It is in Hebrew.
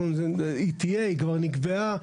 היא תהיה, היא כבר נקבעה.